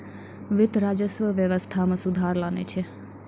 वित्त, राजस्व व्यवस्था मे सुधार लानै छै